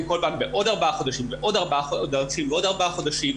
כל פעם בעוד ארבעה חודשים ועוד ארבעה חודשים,